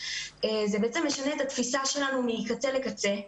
זה בעצם משנה את התפיסה שלנו מקצה לקצה,